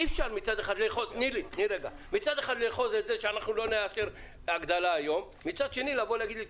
אי אפשר מצד אחד לאחוז בזה שלא נאשר הגדלה היום ומצד שני לבקש ממני,